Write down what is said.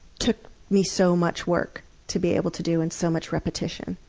took me so much work to be able to do and so much repetition.